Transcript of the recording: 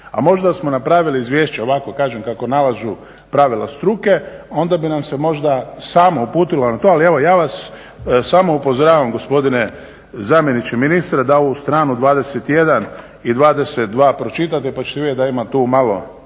A možda smo napravili izvješće ovako kažem kako nalažu pravila struke, onda bi nam se možda samo uputilo na to, ali evo ja vas samo upozoravam gospodine zamjeniče ministra da ovu stranu 21 i 22 pročitate pa ćete vidjet da ima tu malo